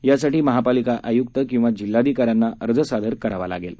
यासाठी महापालिका आय्क्त किंवा जिल्हाधिकाऱ्यांना अर्ज सादर करावा लागेल